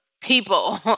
people